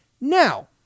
now